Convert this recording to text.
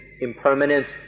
impermanence